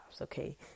okay